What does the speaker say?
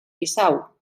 bissau